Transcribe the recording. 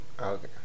Okay